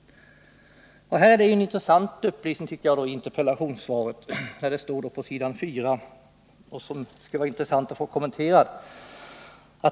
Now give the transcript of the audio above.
Där ges det en intressant upplysning i interpellationssvaret, som det skulle vara värdefullt att få kommenterad.